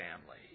family